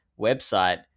website